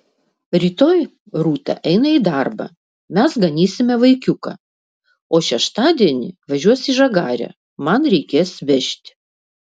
rytoj rūta eina į darbą mes ganysime vaikiuką o šeštadienį važiuos į žagarę man reikės vežti